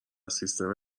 سیستم